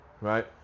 Right